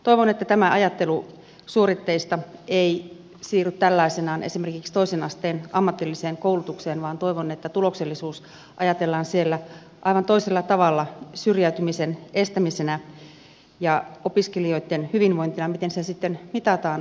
toivon että tämä ajattelu suoritteista ei siirry tällaisenaan esimerkiksi toisen asteen ammatilliseen koulutukseen vaan toivon että tuloksellisuus ajatellaan siellä aivan toisella tavalla syrjäytymisen estämisenä ja opiskelijoitten hyvinvointina miten se sitten mitataan